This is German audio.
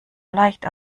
leicht